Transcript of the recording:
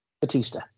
Batista